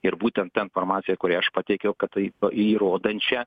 ir būtent ta informacija kurią aš pateikiau kad tai įrodančią